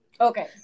Okay